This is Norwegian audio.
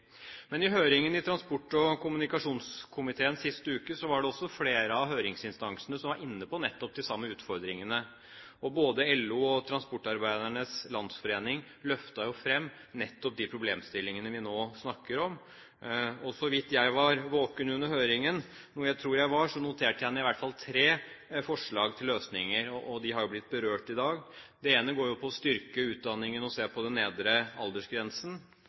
Men i høringen i transport- og kommunikasjonskomiteen sist uke var det også flere av høringsinstansene som var inne på nettopp de samme utfordringene, og både LO og Transportbedriftenes Landsforening løftet fram nettopp de problemstillingene vi nå snakker om, og så vidt jeg var våken under høringen – noe jeg tror jeg var – så noterte jeg i hvert fall ned tre forslag til løsninger, og de har blitt berørt i dag. Det ene går på å styrke utdanningen og se på den nedre aldersgrensen,